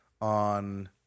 on